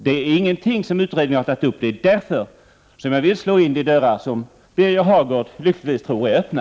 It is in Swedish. Detta är någonting som utredningen inte har tagit upp, och därför vill jag slå in de dörrar som Birger Hagård är lycklig nog att tro är öppna.